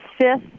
fifth